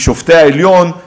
משופטי העליון,